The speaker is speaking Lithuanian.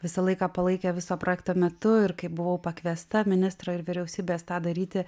visą laiką palaikė viso projekto metu ir kai buvau pakviesta ministro ir vyriausybės tą daryti